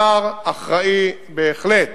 שר אחראי בהחלט